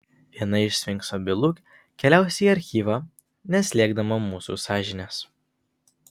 viena iš sfinkso bylų keliaus į archyvą neslėgdama mūsų sąžinės